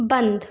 बंद